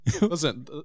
listen